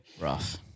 Rough